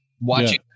watching